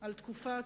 על התקופה